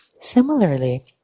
Similarly